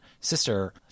sister